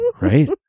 Right